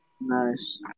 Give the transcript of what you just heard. Nice